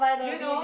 do you know